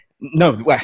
No